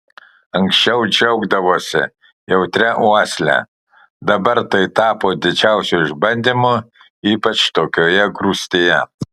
anksčiau džiaugdavosi jautria uosle dabar tai tapo didžiausiu išbandymu ypač tokioje grūstyje